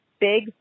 big